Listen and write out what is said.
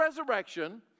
resurrection